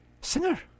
Singer